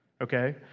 Okay